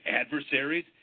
adversaries